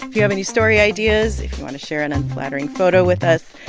you have any story ideas? if you want to share an unflattering photo with us,